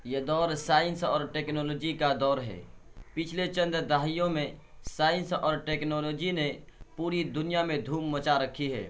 یہ دور سائنس اور ٹیکنالاجی کا دور ہے پچھلے چند دہائیوں میں سائنس اور ٹیکنالاجی نے پوری دنیا میں دھوم مچا رکھی ہے